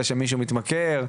ושמישהו מתמכר.